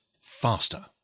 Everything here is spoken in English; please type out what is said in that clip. faster